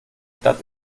statt